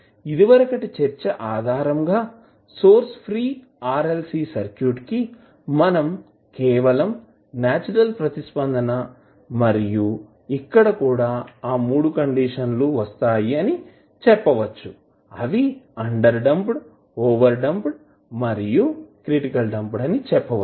ఇదివరకటి చర్చ ఆధారంగా సోర్స్ ఫ్రీ RLC సర్క్యూట్ కి మనం కేవలం నేచురల్ ప్రతిస్పందన మరియు ఇక్కడ కూడా మూడు కండిషన్ లు అని చెప్పవచ్చు అవి అండర్ డాంప్డ్ ఓవర్ డాంప్డ్ మరియు క్రిటికల్లీ డాంప్డ్ అని చెప్పవచ్చు